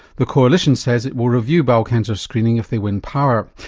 the coalition says it will review bowel cancer screening if they win power.